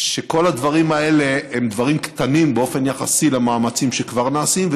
שכל הדברים האלה הם דברים קטנים באופן יחסי למאמצים שכבר נעשים,